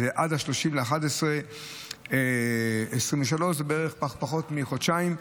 עד 31 בנובמבר 2023. זה בערך פחות מחודשיים,